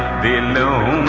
the new